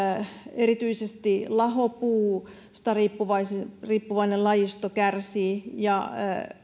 erityisesti lahopuusta riippuvainen riippuvainen lajisto kärsii ja